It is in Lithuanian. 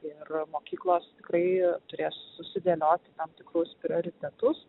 ir mokyklos tikrai turės susidėlioti tam tikrus prioritetus